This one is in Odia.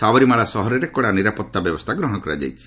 ସାବରିମାଳା ସହରରେ କଡ଼ା ନିରାପତ୍ତା ବ୍ୟବସ୍ଥା ଗ୍ରହଣ କରାଯାଇଛି